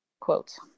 quotes